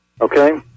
Okay